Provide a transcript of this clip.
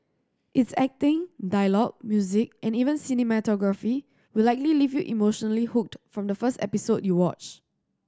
its acting dialogue music and even cinematography will likely leave you emotionally hooked from the first episode you watch